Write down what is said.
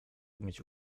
umieć